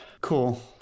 Cool